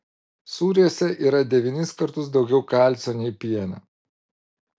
sūriuose yra devynis kartus daugiau kalcio nei piene